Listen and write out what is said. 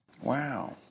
Wow